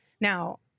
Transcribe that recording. Now